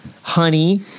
honey